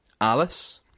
Alice